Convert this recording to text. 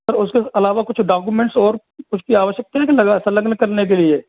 sir उसके अलावा कुछ डॉक्यूमेंट्स और उसकी आवश्यकता है संलग्न करने के लिए